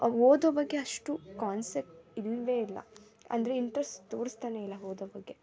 ಓದೊ ಬಗ್ಗೆ ಅಷ್ಟು ಕಾನ್ಸೆಪ್ಟ್ ಇಲ್ಲವೇ ಇಲ್ಲ ಅಂದರೆ ಇಂಟ್ರೆಸ್ಟ್ ತೋರಿಸ್ತನೇ ಇಲ್ಲ ಓದೊ ಬಗ್ಗೆ